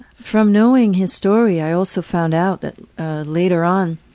from knowing his story i also found out that later on